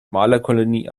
malerkolonie